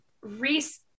reese